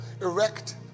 erect